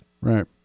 Right